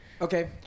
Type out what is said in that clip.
Okay